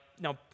Now